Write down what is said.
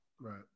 Right